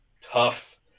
tough